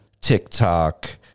TikTok